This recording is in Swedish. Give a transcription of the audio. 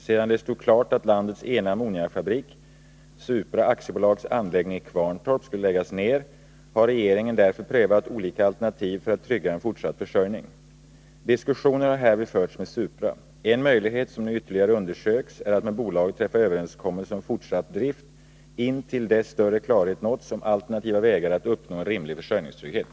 Sedan det stod klart att landets ena ammoniakfabrik, Supra AB:s anläggning i Kvarntorp, skulle läggas ner har regeringen därför prövat olika alternativ för att trygga en fortsatt försörjning. Diskussioner har härvid förts med Supra. En möjlighet som nu ytterligare undersöks är att med bolaget träffa överenskommelse om fortsatt drift intill dess större klarhet nåtts om alternativa vägar att uppnå en rimlig försörjningstrygghet.